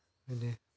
बेनो